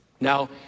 Now